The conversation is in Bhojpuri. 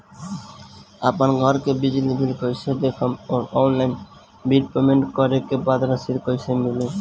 आपन घर के बिजली बिल कईसे देखम् और ऑनलाइन बिल पेमेंट करे के बाद रसीद कईसे मिली?